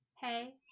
hey